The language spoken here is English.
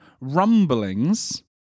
rumblings